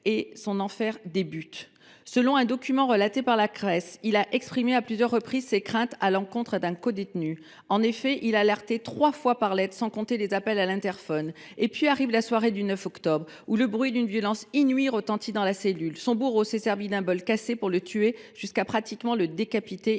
et son enfer débute. Selon un document relaté par la presse, il a exprimé, à plusieurs reprises, ses craintes à l’encontre de son codétenu. En effet, il a lancé l’alerte trois fois par lettre, sans compter les appels à l’interphone. Arrive alors la soirée du 9 octobre, où le bruit d’une violence inouïe retentit dans la cellule. Son bourreau s’est servi d’un bol cassé pour le tuer, jusqu’à pratiquement le décapiter.